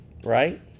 right